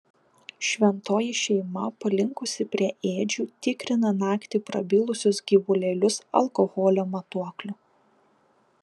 šventoji šeima palinkusi prie ėdžių tikrina naktį prabilusius gyvulėlius alkoholio matuokliu